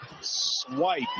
swipe